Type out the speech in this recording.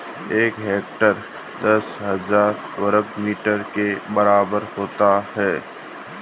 एक हेक्टेयर दस हज़ार वर्ग मीटर के बराबर होता है